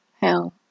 hell